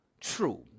true